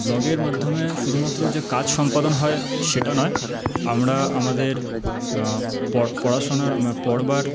ব্লগের মাধ্যমে শুধুমাত্র যে কাজ সম্পাদন হয় সেটা নয় আমরা আমাদের পড়াশোনার পড়বার